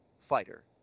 fighter